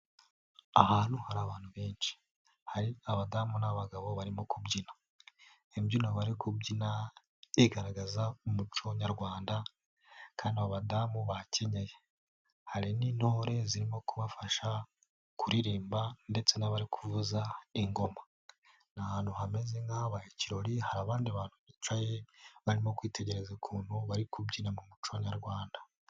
Ahantu hari abantu benshi, hari abadamu n'abagabo barimo kubyina. Imbyino bari kubyina bigaragaza mu muco nyarwanda, kandi abadamu bakenyeye, hari n'intore zirimo kubafasha kuririmba, ndetse n'abari kuvuza ingoma. Ni ahantu hameze nk'ahabaye ikirori, hari abandi bantu bicaye barimo kwitegereza ukuntu bari kubyina mu muco nyarwanda.